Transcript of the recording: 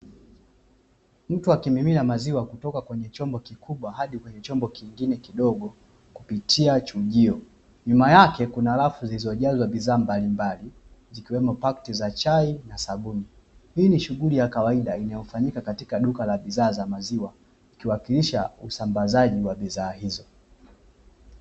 Mtu akimimina maziwa kutoka kwenye chombo kikubwa hadi kwenye chombo kingine kidogo kupitia chujio. Nyuma yake kuna rafu zilizojazwa bidhaa mbalimbali, zikiwemo pakti za chai na sabuni. Hii ni shughuli ya kawaida inayofanyika katika duka la bidhaa za maziwa, ikiwakilisha usambazaji wa bidhaa hizo.